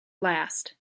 last